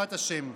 בעזרת השם.